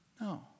No